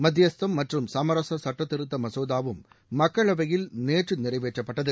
மத்தியஸ்தம் மற்றும் சுமரச சுட்டத்திருத்த மசோதாவும் மக்களவையில் நேற்று நிறைவேற்றப்பட்டது